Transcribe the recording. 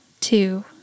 two